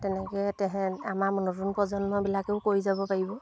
তেনেকৈ তেহে আমাৰ নতুন প্ৰজন্মবিলাকেও কৰি যাব পাৰিব